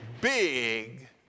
big